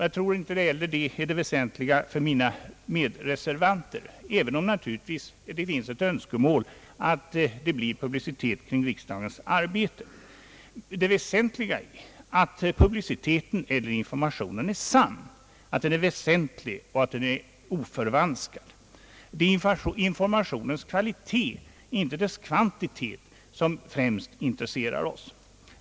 Jag tror inte heller att det är det väsentliga för mina medreservanter, även om det naturligtvis finns ett önskemål att det blir publicitet kring riksdagens arbete. Det väsentliga är att publiciteten är sann, att den är väsentlig och att den är oförvanskad. Det är informationens kvalitet, inte dess kvantitet, som främst intresserar oss.